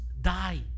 die